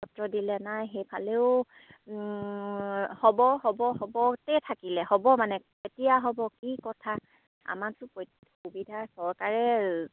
পত্ৰ দিলে নাই সেইফালেও হ'ব হ'ব হ'বতে থাকিলে হ'ব মানে কেতিয়া হ'ব কি কথা আমাকতো প্ৰত্যেক সুবিধা চৰকাৰে